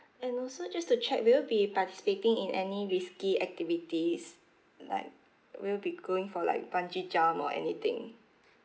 and also just to check will you be participating in any risky activities like will you be going for like bungee jump or anything